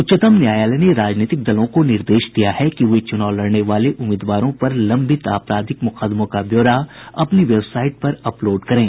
उच्चतम न्यायालय ने राजनीतिक दलों को निर्देश दिया है कि वे चुनाव लड़ने वाले उम्मीदवारों पर लम्बित आपराधिक मुकदमों का ब्यौरा अपनी वेबसाइट पर अपलोड करें